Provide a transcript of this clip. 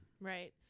Right